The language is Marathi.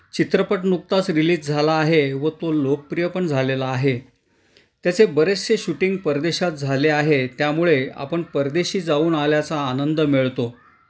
चित्रपट नुकताच रिलीज झाला आहे व तो लोकप्रिय पण झालेला आहे त्याचे बरेचसे शूटिंग परदेशात झाले आहे त्यामुळे आपण परदेशी जाऊन आल्याचा आनंद मिळतो